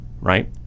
right